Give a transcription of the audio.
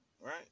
right